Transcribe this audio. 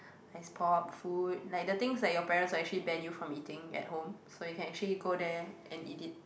ice pop food like the things like your parents will actually ban you from eating at home so you can actually go there and eat it